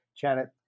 Janet